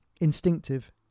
instinctive